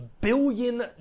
billion